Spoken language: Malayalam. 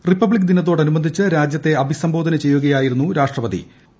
റിപ്പബ്ലിക് ദിനത്തോടനുബന്ധിച്ച് രാജ്യത്ത് അഭിസംബോധന ചെയ്യുകയായിരുന്നു അദ്ദേഹം